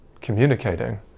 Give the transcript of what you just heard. communicating